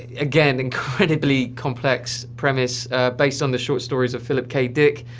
ah again, incredibly complex premise based on the short stories of philip k. dick.